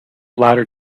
latter